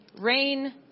rain